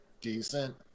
decent